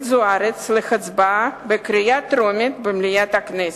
זוארץ להצבעה בקריאה טרומית במליאת הכנסת.